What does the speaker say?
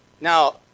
Now